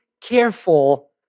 careful